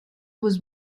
was